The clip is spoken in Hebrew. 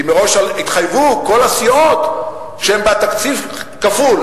כי מראש התחייבו כל הסיעות שהן בתקציב כפול,